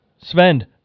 Sven